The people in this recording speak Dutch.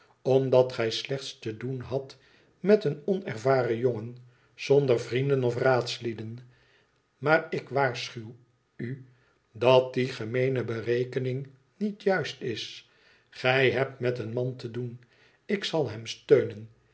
omdat gij slechts te doen hadt met een onervaren jongen zonder vrienden of raadslieden maar ik waarschuw u dat die gemeene berekening niet juist is gij hebt met een man te doen ik zal hem steunen